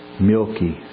milky